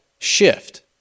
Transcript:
Shift